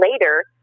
later